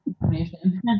information